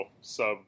sub